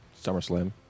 SummerSlam